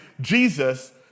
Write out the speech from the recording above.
Jesus